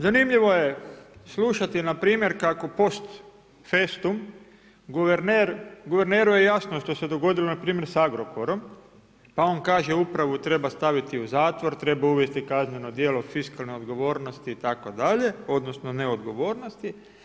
Zanimljivo je slušati npr. kako post festum guverner, guverneru je jasno što se dogodilo npr. s Agrokorom, pa on kaže upravu treba staviti u zatvor, treba uvesti kazneno djelo fiskalne odgovornosti itd., odnosno neodgovornosti.